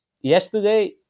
yesterday